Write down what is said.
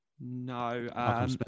No